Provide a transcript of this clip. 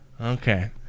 Okay